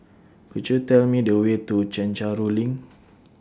Could YOU Tell Me The Way to Chencharu LINK